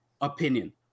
opinion